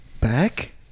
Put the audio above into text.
back